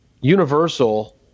Universal